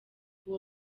uwo